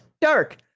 dark